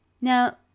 Now